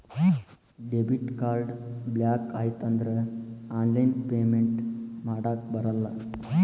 debit card block ಆಯ್ತಂದ್ರ online payment ಮಾಡಾಕಬರಲ್ಲ